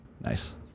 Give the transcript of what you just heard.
Nice